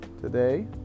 today